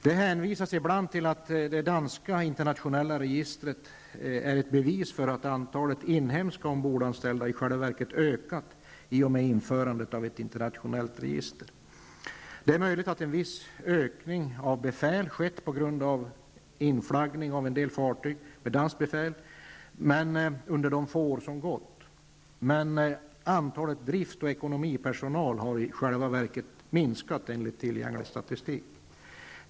Det hänvisas ibland till att det danska internationella registret är ett bevis på att antalet inhemska ombordanställda i själva verket ökat i och med införandet av ett internationellt register. Det är möjligt att en viss ökning av antalet befäl skett på grund av en viss inflaggning av en del fartyg med danskt befäl under de få år som gått. Men för drift och ekonomipersonal har arbetstillfällena i själva verket minskat enligt tillgänglig statistik.